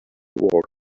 water